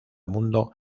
mundo